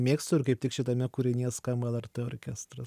mėgstu ir kaip tik šitame kūrinyje skamba lrt orkestras